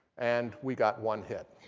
and we got one hit.